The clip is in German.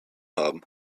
haben